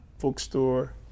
bookstore